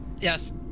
Yes